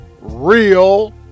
Real